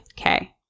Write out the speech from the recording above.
Okay